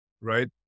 right